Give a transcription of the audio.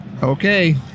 Okay